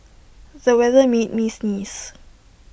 the weather made me sneeze